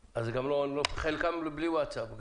חלקם גם בלי וואטצאפ,